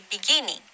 beginning